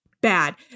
bad